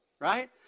Right